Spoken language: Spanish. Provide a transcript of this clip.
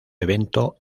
evento